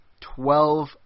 Twelve